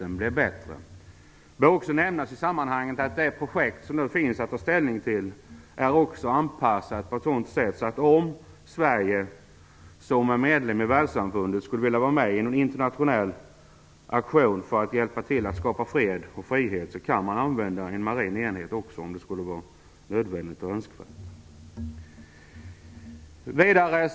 Det bör i sammanhanget också nämnas att det projekt som det skall tas ställning till också är anpassat så, att om Sverige som medlem i världssamfundet skulle vilja vara med i en internationell aktion för att hjälpa till att skapa fred och frihet, kan vi också använda en marin enhet, om så skulle vara önskvärt och nödvändigt.